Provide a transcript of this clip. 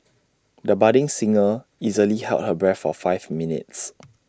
the budding singer easily held her breath for five minutes